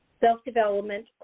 self-development